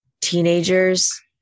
teenagers